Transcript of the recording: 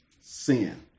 sin